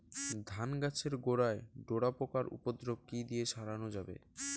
ধান গাছের গোড়ায় ডোরা পোকার উপদ্রব কি দিয়ে সারানো যাবে?